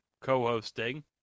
co-hosting